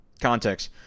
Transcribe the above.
context